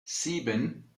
sieben